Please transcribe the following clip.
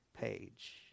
page